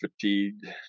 fatigued